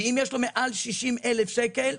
ואם יש לו מעל 60 אלף שקל,